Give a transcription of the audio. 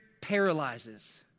paralyzes